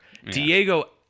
Diego